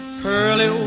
pearly